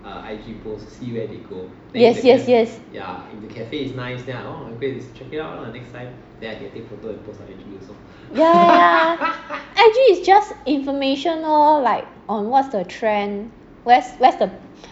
yes yes yes yeah yeah yeah I_G is just information lor like on what's the trend where's where's the